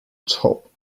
top